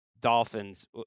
Dolphins